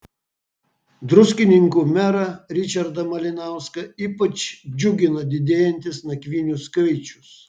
druskininkų merą ričardą malinauską ypač džiugina didėjantis nakvynių skaičius